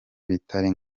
bitari